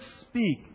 speak